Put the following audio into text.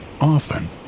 often